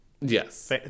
Yes